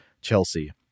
Chelsea